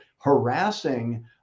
harassing